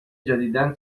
جدیدا